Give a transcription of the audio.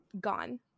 gone